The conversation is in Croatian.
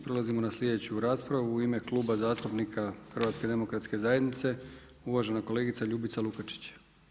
Prelazimo na sljedeću raspravu u ime Kluba zastupnika HDZ-a, uvažena kolegica Ljubica Lukačić.